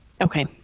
Okay